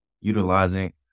utilizing